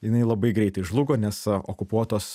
jinai labai greitai žlugo nes okupuotos